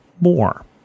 more